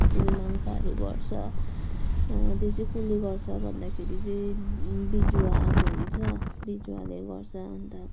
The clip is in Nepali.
त्यसरी माङ्पाहरू गर्छ त्यो चाहिँ कसले गर्छ भन्दाखेरि चाहिँ बिजुवा आएको हुन्छ बिजुवाले गर्छ अन्त